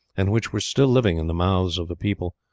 and which were still living in the mouths of the people,